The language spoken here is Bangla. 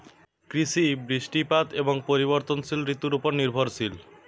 কৃষি বৃষ্টিপাত এবং পরিবর্তনশীল ঋতুর উপর নির্ভরশীল